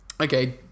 okay